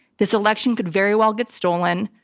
this election could very well get stolen.